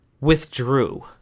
withdrew